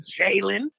Jalen